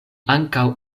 ankaŭ